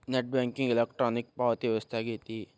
net banking electronic ಪಾವತಿ ವ್ಯವಸ್ಥೆ ಆಗೆತಿ